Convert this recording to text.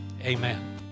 Amen